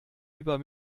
über